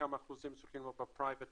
כמה אחוזים צריכים להיות ב- private equity,